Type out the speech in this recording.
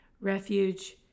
refuge